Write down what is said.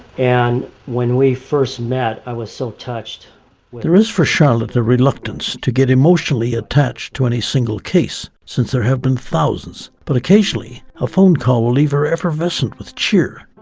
and when we first met, i was so touched. there is for charlotte the reluctance to get emotionally attached to any single case, since there has been thousands, but occasionally a phone call leaves effervescent with cheer.